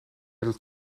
doet